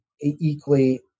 equally